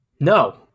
No